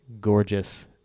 gorgeous